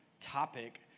topic